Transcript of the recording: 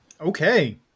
Okay